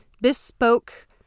bespoke